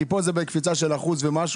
כי פה זה בקפיצה של 1% ומשהו.